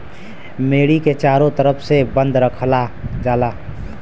मेड़ी के चारों तरफ से बंद रखल जाला